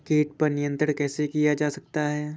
कीट पर नियंत्रण कैसे किया जा सकता है?